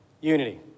unity